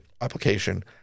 application